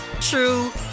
true